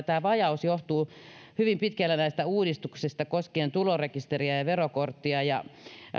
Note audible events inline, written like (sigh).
(unintelligible) tämä vajaus johtuu hyvin pitkälle näistä uudistuksista koskien tulorekisteriä ja ja verokorttia ja